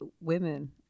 women